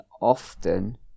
often